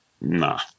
nah